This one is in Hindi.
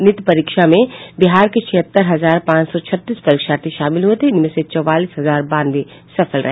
नीट परीक्षा में बिहार के छिहत्तर हजार पांच सौ छत्तीस परीक्षार्थी शामिल हुए थे इनमें से चौबालीस हजार बानवे सफल रहे